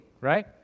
right